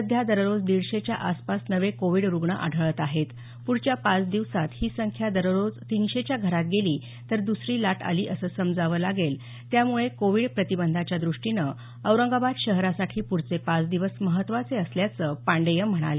सध्या दररोज दीडशेच्या आसपास नवे कोविड रुग्ण आढळत आहेत पुढच्या पाच दिवसांत ही संख्या दररोज तीनशेच्या घरात गेली तर दुसरी लाट आली असं समजावी लागेल त्यामुळे कोविड प्रतिबंधाच्या द्रष्टीनं औरंगाबाद शहरासाठी प्रढचे पाच दिवस महत्त्वाचे असल्याचं पाण्डेय म्हणाले